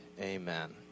amen